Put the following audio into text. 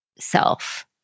Self